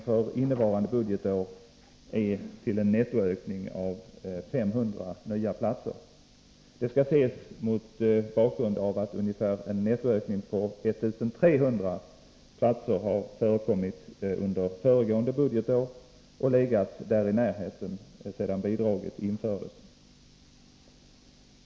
För innevarande budgetår innebär begränsningen en nettoökning med 500 nya platser. Detta skall ses mot bakgrund av att nettoökningen var 1300 platser under föregående budgetår och att den legati närheten därav sedan bidraget infördes.